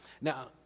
Now